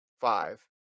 five